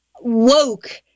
woke